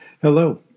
Hello